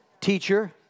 teacher